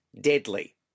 deadly